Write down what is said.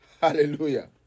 Hallelujah